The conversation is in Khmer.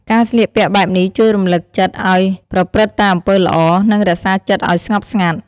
ការស្លៀកពាក់បែបនេះជួយរំលឹកចិត្តឱ្យប្រព្រឹត្តតែអំពើល្អ និងរក្សាចិត្តឱ្យស្ងប់ស្ងាត់។